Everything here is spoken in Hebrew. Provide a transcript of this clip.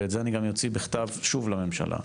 ואת זה אני גם אוציא בכתב שוב לממשלה,